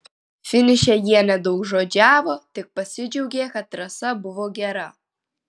finiše jie nedaugžodžiavo tik pasidžiaugė kad trasa buvo gera